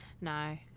no